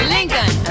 Lincoln